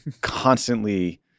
constantly